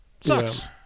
Sucks